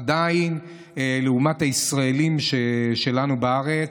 עדיין, לעומת הישראלים שלנו בארץ,